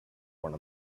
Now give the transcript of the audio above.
one